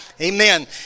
Amen